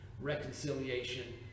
reconciliation